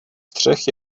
střech